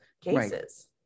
cases